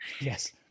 Yes